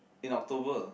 in October